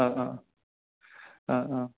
অঁ অঁ অঁ অঁ